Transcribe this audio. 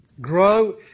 Grow